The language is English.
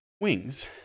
Wings